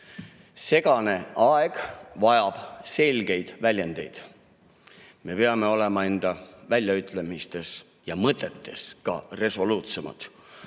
Segane aeg vajab selgeid väljendeid. Me peame olema enda väljaütlemistes ja ka mõtetes resoluutsemad,